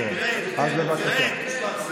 לך לרמאללה.